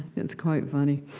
it's quite funny.